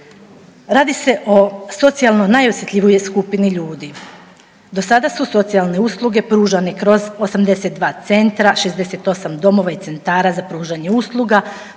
Radi se o socijalno najosjetljivijoj skupini ljudi. Do sada su socijalne usluge pružane kroz 82 centra, 68 domova i centara za pružanje usluga,